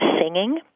singing